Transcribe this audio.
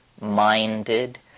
minded